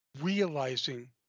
realizing